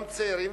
גם צעירים,